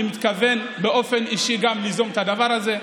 אני מתכוון באופן אישי גם ליזום את הדבר הזה.